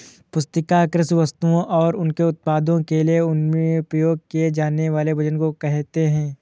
पुस्तिका कृषि वस्तुओं और उनके उत्पादों के लिए उपयोग किए जानेवाले वजन को कहेते है